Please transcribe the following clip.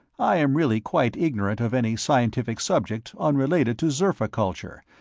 i am really quite ignorant of any scientific subject unrelated to zerfa culture,